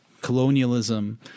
colonialism